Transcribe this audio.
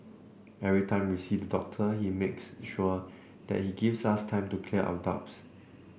every time we see the doctor he makes sure that he gives us time to clear our doubts